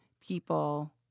people